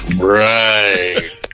Right